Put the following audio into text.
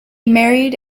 married